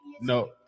no